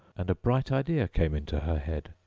and a bright idea came into her head.